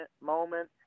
moment